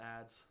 ads